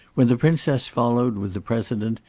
when the princess followed with the president,